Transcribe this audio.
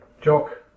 Jock